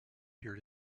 here